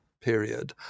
period